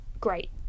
great